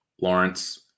Lawrence